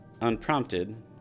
Unprompted